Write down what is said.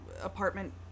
apartment